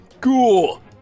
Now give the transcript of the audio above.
Cool